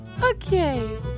Okay